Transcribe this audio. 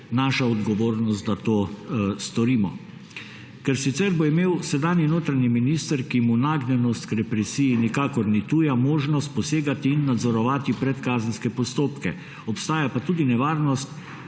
naša odgovornost, da to storimo. Sicer bo imel sedanji notranji minister, ki mu nagnjenost k represiji nikakor ni tuja, možnost posegati in nadzorovati predkazenske postopke. Obstaja pa tudi nevarnost